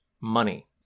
money